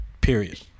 period